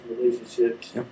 relationships